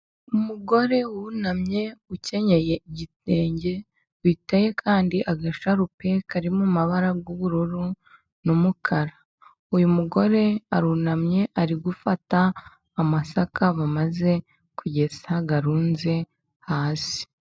Umugore wunamye ukenyeye igitenge biteye kandi agasharupe karimo mu mabara y'ubururu n'umukara. Uyu mugore arunamye ari gufata amasaka bamaze kugesa arunze hasi.